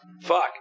Fuck